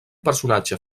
personatge